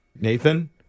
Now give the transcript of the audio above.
Nathan